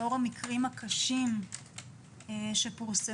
לאור המקרים הקשים שפורסמו